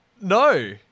no